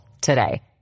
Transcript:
today